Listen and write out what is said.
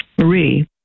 Marie